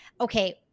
okay